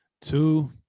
Two